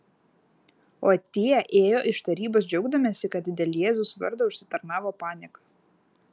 o tie ėjo iš tarybos džiaugdamiesi kad dėl jėzaus vardo užsitarnavo panieką